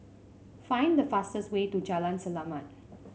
find the fastest way to Jalan Selamat